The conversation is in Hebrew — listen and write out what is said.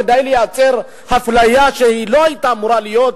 כדי לייצר אפליה שלא היתה אמורה להיות,